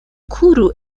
kuru